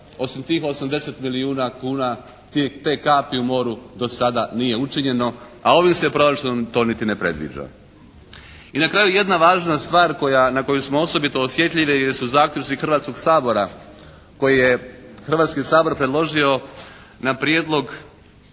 osim tih 80 milijuna kuna, te kapi u moru dosada nije učinjeno, a ovim se proračunom to niti ne predviđa. I na kraju jedna važna stvar koja, na koju smo osobito osjetljivi jer su zaključci Hrvatskog sabora koji je Hrvatski sabor predložio na prijedlog,